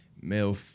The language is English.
male